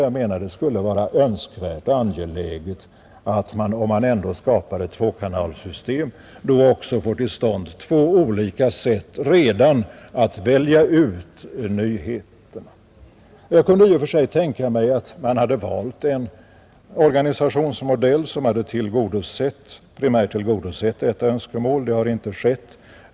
Jag menar att det skulle vara önskvärt och angeläget att man om man ändå skapar ett tvåkanalsystem då också får till stånd två olika sätt redan när det gäller att välja ut nyheter. Jag kunde i och för sig tänka mig att man hade valt en organisationsmodell som hade primärt tillgodosett detta önskemål. Det har inte skett.